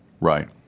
Right